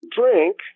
drink